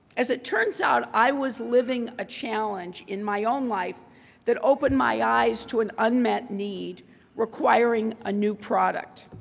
as it turns out, i was living a challenge in my own life that opened my eyes to an unmet need requiring a new product.